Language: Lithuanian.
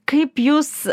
kaip jūs